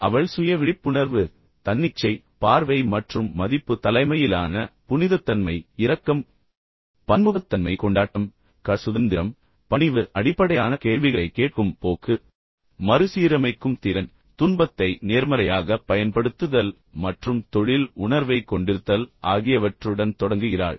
அவள் சுய விழிப்புணர்வு தன்னிச்சை பார்வை மற்றும் மதிப்பு தலைமையிலான புனிதத்தன்மை இரக்கம் பன்முகத்தன்மை கொண்டாட்டம் கள சுதந்திரம் பணிவு அடிப்படையான கேள்விகளைக் கேட்கும் போக்கு மறுசீரமைக்கும் திறன் துன்பத்தை நேர்மறையாகப் பயன்படுத்துதல் மற்றும் தொழில் உணர்வைக் கொண்டிருத்தல் ஆகியவற்றுடன் தொடங்குகிறாள்